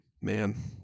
Man